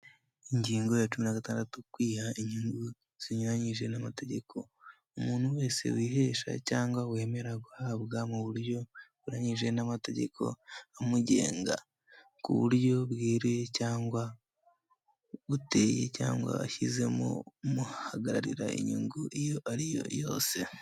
Ingingo ya cumi na gatandatu kwiha inyungu zinyuranyije n'amategeko. Umuntu wese wihesha cyangwa wemera guhabwa mu buryo bunyuranyije n'amategeko amugenga ku buryo bweruye cyangwa buteye cyangwa ashyizemo umuhagararira inyungu iyo ariyo yose.